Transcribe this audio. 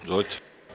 Izvolite.